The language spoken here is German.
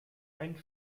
ein